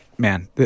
man